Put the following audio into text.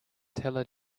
teller